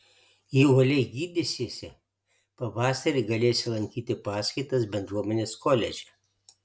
jei uoliai gydysiesi pavasarį galėsi lankyti paskaitas bendruomenės koledže